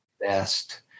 best